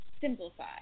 simplify